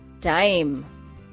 Time